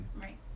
right